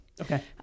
Okay